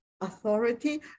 authority